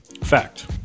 Fact